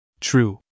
True